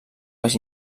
baix